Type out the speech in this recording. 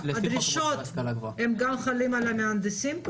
הדרישות חלים גם על המהנדסים?